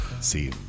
See